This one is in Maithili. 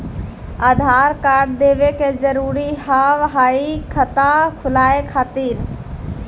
आधार कार्ड देवे के जरूरी हाव हई खाता खुलाए खातिर?